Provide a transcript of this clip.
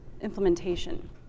implementation